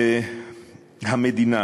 והמדינה,